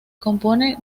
compone